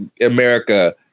America